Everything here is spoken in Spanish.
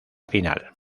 final